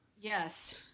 Yes